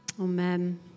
Amen